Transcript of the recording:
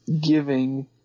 giving